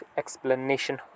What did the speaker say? explanation